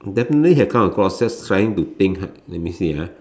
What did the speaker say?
definitely have come across just trying to think hard let me see ah